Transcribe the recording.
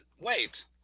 wait